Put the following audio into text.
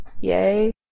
Yay